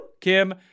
Kim